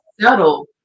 settle